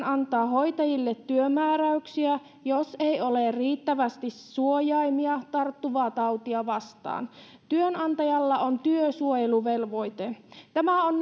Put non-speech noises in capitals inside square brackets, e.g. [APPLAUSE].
[UNINTELLIGIBLE] antaa hoitajille työmääräyksiä jos ei ole riittävästi suojaimia tarttuvaa tautia vastaan työnantajalla on työsuojeluvelvoite tämä on [UNINTELLIGIBLE]